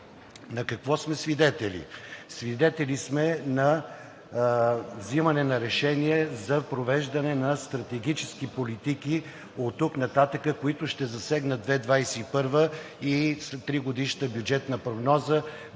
На какво сме свидетели? Свидетели сме на вземане на решения за провеждане на стратегически политики оттук нататък, които ще засегнат 2021 г. и тригодишната бюджетна прогноза,